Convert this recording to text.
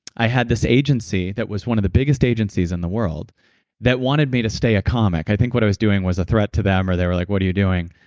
i had this agency that was one of the biggest agencies in the world that wanted me to stay a comic. i think what i was doing was a threat to them or they were like, what are you doing?